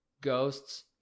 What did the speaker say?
ghosts